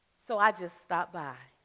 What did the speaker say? so i just stopped by